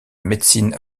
médecine